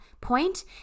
point